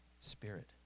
spirit